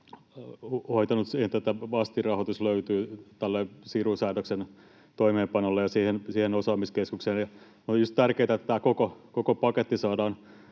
hoitanut niin, että vastinrahoitus löytyy tälle sirusäädöksen toimeenpanolle ja siihen osaamiskeskukseen. Olisi tärkeätä, että tämä koko paketti saadaan